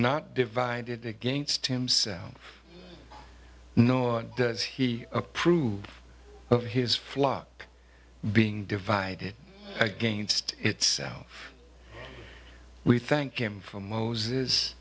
not divided against himself nor does he approve of his flock being divided against itself we thank him for moses